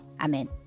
Amen